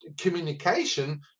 communication